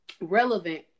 relevant